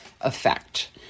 effect